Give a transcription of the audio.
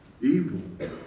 evil